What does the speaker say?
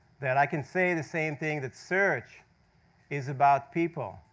that i can say the same thing, that search is about people,